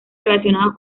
relacionados